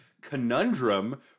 conundrum